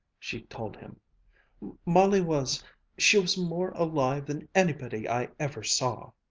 she told him molly was she was more alive than anybody i ever saw!